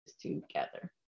together